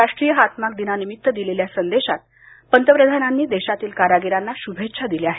राष्ट्रीय हातमाग दिनानिमित्त दिलेल्या संदेशात पंतप्रधानांनी देशातील कारागिरांना शुभेच्छा दिल्या आहेत